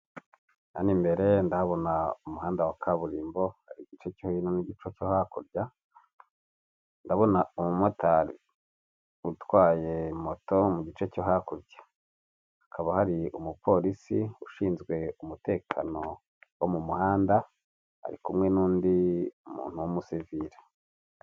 Hano imbere ndabona umuhanda wa kaburimbo ari igice cyo n'igice cyo hakurya, ndabona umumotari utwaye moto mu gice cyo hakurya. Hakaba hari umupolisi ushinzwe umutekano wo mu muhanda, ari kumwe n'undi muntu w'umusivire.